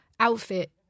outfit